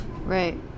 Right